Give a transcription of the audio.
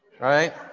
right